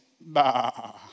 bah